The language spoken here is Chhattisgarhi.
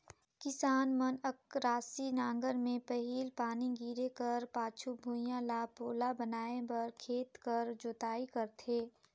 किसान मन अकरासी नांगर मे पहिल पानी गिरे कर पाछू भुईया ल पोला बनाए बर खेत कर जोताई करथे